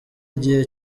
igihe